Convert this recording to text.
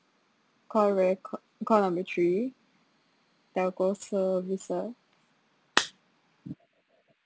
call reco~ call number three telco services